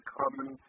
common